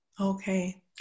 Okay